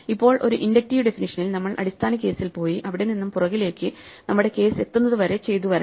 ഇപ്പോൾ ഒരു ഇൻഡക്റ്റീവ് ഡെഫനിഷനിൽ നമ്മൾ അടിസ്ഥാന കേസിൽ പോയി അവിടെ നിന്നും പുറകിലേക്ക് നമ്മുടെ കേസ് എത്തുന്നത് വരെ ചെയ്തു വരണം